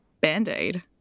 band-aid